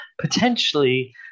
potentially